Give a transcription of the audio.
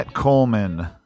Coleman